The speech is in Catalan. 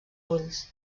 ulls